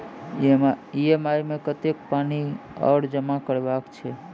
EMI मे कतेक पानि आओर जमा करबाक छैक?